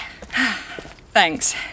Thanks